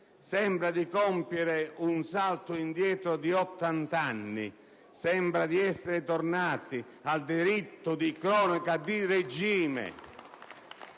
Sembra di compiere un salto indietro di ottant'anni: sembra di essere tornati al diritto di cronaca di regime.